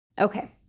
Okay